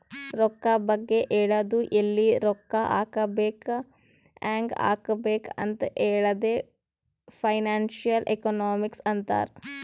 ರೊಕ್ಕಾ ಬಗ್ಗೆ ಹೇಳದು ಎಲ್ಲಿ ರೊಕ್ಕಾ ಹಾಕಬೇಕ ಹ್ಯಾಂಗ್ ಹಾಕಬೇಕ್ ಅಂತ್ ಹೇಳದೆ ಫೈನಾನ್ಸಿಯಲ್ ಎಕನಾಮಿಕ್ಸ್ ಅಂತಾರ್